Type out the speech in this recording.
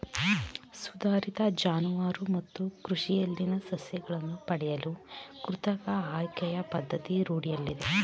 ಸುಧಾರಿತ ಜಾನುವಾರು ಮತ್ತು ಕೃಷಿಯಲ್ಲಿನ ಸಸ್ಯಗಳನ್ನು ಪಡೆಯಲು ಕೃತಕ ಆಯ್ಕೆಯ ಪದ್ಧತಿ ರೂಢಿಯಲ್ಲಿದೆ